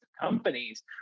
companies